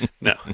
No